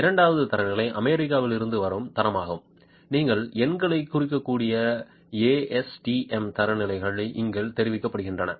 இரண்டாவது தரநிலை அமெரிக்காவிலிருந்து வரும் தரமாகும் நீங்கள் எண்களைக் குறிக்கக்கூடிய ஏஎஸ்டிஎம் தரநிலைகள் இங்கே தெரிவிக்கப்படுகின்றன